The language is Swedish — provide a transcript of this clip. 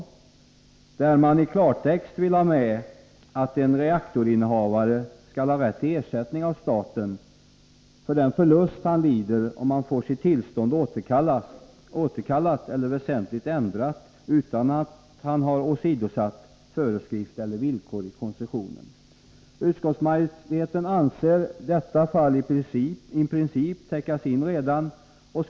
Man kräver att det i klartext skall stå att en reaktorinnehavare skall ha rätt till ersättning av staten för den förlust som han lider om han får sitt tillstånd återkallat eller väsentligt ändrat utan att han har åsidosatt föreskrift eller villkor i koncessionen. Utskottsmajoriteten anser att detta fall i princip redan är täckt.